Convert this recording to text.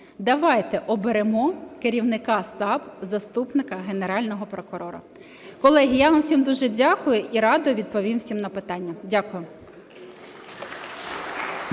Давайте оберемо керівника САП – заступника Генерального прокурора. Колеги, я вам всім дуже дякую і радо відповім всім на питання. Дякую.